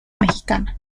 mexicana